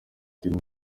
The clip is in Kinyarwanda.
inoti